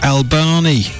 Albani